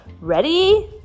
Ready